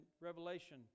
revelation